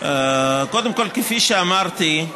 קודם כול, כפי שאמרתי,